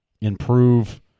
improve